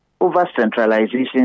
over-centralization